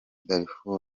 darfur